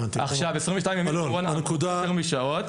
22 ימים זה בעיקרון הרבה יותר מ --- שעות.